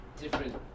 Different